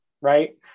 right